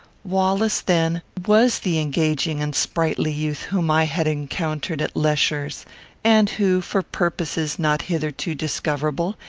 wallace, then, was the engaging and sprightly youth whom i had encountered at lesher's and who, for purposes not hitherto discoverable,